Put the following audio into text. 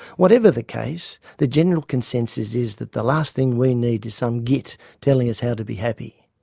whatever the case, the general consensus is that the last thing we need is some git telling us how to be happy.